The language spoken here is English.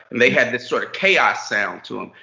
and they had this sort of chaos sound to them.